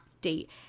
date